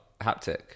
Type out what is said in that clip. Haptic